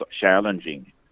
challenging